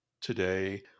today